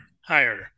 higher